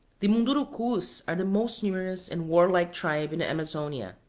the mundurucus are the most numerous and warlike tribe in amazonia.